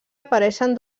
apareixen